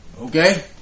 okay